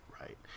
right